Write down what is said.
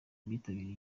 bitabiriye